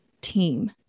team